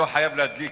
הדוח חייב להדליק